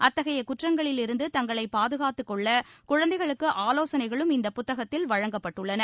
அத்தகைய குற்றங்களிலிருந்து தஙகளை பாதுகாத்துக்கொள்ள குழந்தைகளுக்கு ஆலோசனைகளும் இந்த புத்தகத்தில் வழங்கப்பட்டுள்ளன